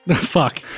Fuck